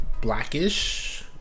Blackish